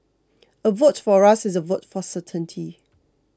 a vote for us is a vote for certainty